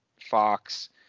Fox